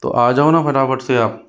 तो आ जाओ ना फटा फट से आप